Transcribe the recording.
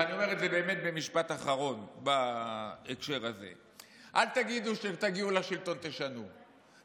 ואני אומר באמת משפט אחרון בהקשר הזה: אל תגידו: כשתגיעו לשלטון תשנו,